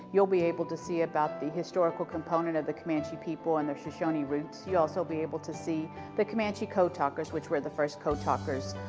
you'll be able to see about the historical component of the comanche people and their shoshone roots. you'll also be able to see the comanche code talkers, which were the first code talkers